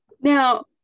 now